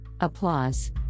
Applause